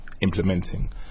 implementing